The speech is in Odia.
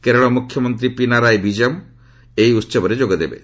କେରଳ ମୁଖ୍ୟମନ୍ତ୍ରୀ ପିନାରାଇ ବିଜୟମ ଏହି ଉହବରେ ଯୋଗଦେବେ